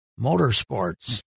Motorsports